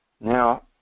Now